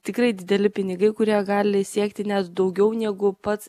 tikrai dideli pinigai kurie gali siekti net daugiau negu pats